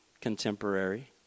contemporary